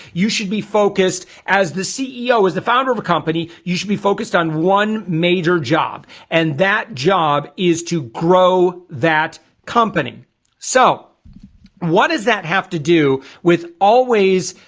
you should be focused as the ceo as the founder of a company you should be focused on one major job and that job is to grow that company so what does that have to do with always?